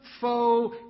foe